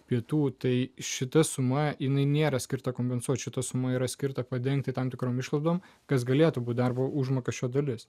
pietų tai šita suma jinai nėra skirta kompensuoti šito asmuo yra skirta padengti tam tikrom išlaidom kas galėtų būti darbo užmokesčio dalis